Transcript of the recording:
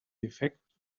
defekt